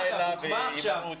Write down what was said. אגב,